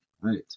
Right